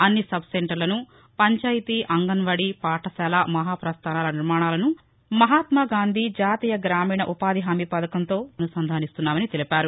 అన్ని సబ్ సెంటర్లను పంచాయతీ అంగన్ వాడీ పాఠశాల మహాపస్గానాల నిర్మాణాలను మహాత్నా గాంధీ జాతీయ గ్రామీణ ఉపాధి హామీ పథకంతో అనుసంధానిస్తున్నామని తెలిపారు